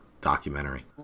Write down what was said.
documentary